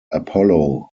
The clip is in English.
apollo